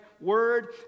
word